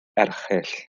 erchyll